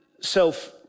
self